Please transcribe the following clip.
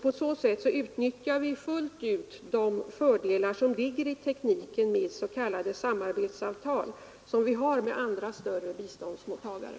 På så sätt utnyttjar vi full ut de fördelar som ligger i tekniken med s.k. samarbetsavtal, som vi har med andra större biståndsmottagare.